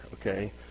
okay